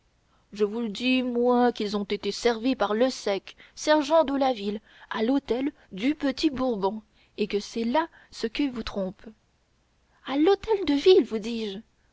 je vous dis moi qu'ils ont été servis par le sec sergent de la ville à l'hôtel du petit bourbon et que c'est là ce qui vous trompe à l'hôtel de ville vous dis-je